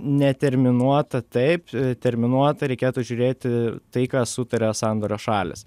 neterminuotą taip terminuotą reikėtų žiūrėti tai ką sutarė sandorio šalys